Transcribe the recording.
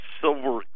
Silver